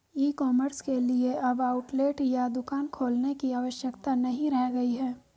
ई commerce के लिए अब आउटलेट या दुकान खोलने की आवश्यकता नहीं रह गई है